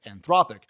Anthropic